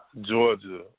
Georgia